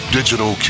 Digital